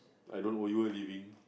I don't owe you a living